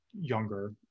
younger